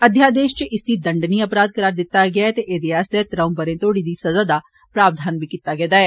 अध्यादेषच इसी दंडणीय अपराध करार दित्ता गेआ ते एह्दे आस्तै त्रऊं ब'रे तोड़ी लेई सजा दा प्रावधान बी कीता गेदा ऐ